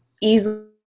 easily